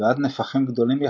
ועד נפחים גדולים יחסית,